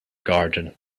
garden